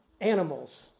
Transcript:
Animals